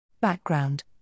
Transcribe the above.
Background